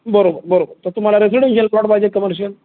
बरोबर बरोबर तर तुम्हाला रसिडनशियल प्लॉट पाहिजे कमर्शियल